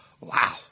Wow